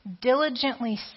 diligently